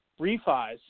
refis